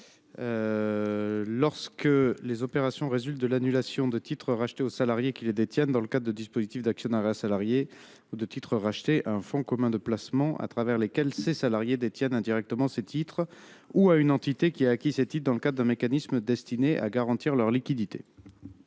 capital les opérations résultant de l’annulation de titres rachetés soit aux salariés qui les détiennent dans le cadre de dispositifs d’actionnariat salarié, soit à un fonds commun de placement à travers lesquels les salariés les détiennent indirectement, soit à une entité les ayant acquis dans le cadre d’un mécanisme destiné à garantir leur liquidité.